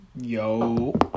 Yo